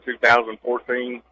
2014